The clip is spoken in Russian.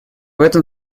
этом